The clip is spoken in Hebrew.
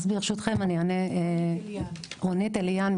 רונית אליאן,